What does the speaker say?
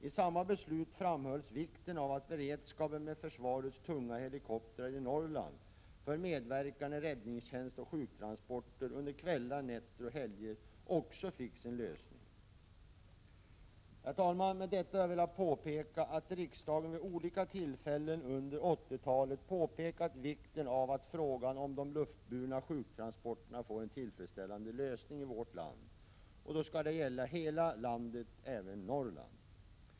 I samma beslut framhölls vikten av att beredskapen med försvarets tunga helikoptrar i Norrland för medverkan i räddningstjänst och sjuktransporter under kvällar, nätter och helger också fick sin lösning. Herr talman! Med detta har jag velat påpeka att riksdagen vid flera tillfällen under 1980-talet har betonat vikten av att frågan om de luftburna sjuktransporterna får en tillfredsställande lösning i vårt land — och då skall det gälla hela landet, även Norrland.